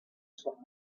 saw